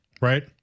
right